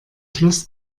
schluss